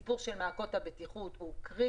אני אומרת שהסיפור של מעקות הבטיחות הוא קריטי